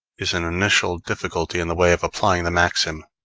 is an initial difficulty in the way of applying the maxim,